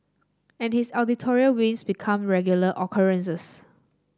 and his wins become regular occurrences